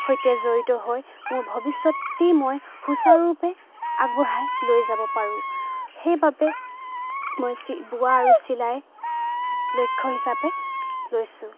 সৈতে জড়িত হৈ মোৰ ভৱিষ্যতটি মই সুচাৰুৰূপে আগবঢ়াই লৈ যাব পাৰোঁ সেইবাবে মই বোৱা আৰু চিলাইক লক্ষ্য হিচাপে লৈছোঁ